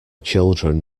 children